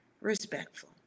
respectful